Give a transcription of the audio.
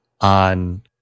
on